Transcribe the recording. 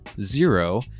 zero